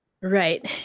Right